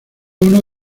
uno